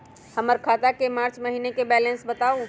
हमर खाता के मार्च महीने के बैलेंस के बताऊ?